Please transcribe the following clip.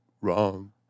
wrong